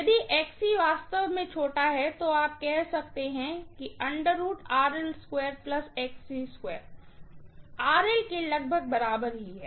यदि वास्तव में छोटा है तो आप कह सकते हैं के लगभग बराबर ही है